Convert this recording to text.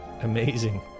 amazing